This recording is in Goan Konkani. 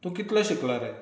तूं कितलो शिकला रे